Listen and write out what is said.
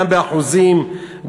גם באחוזים,